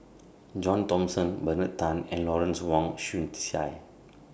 John Thomson Bernard Tan and Lawrence Wong Shyun Tsai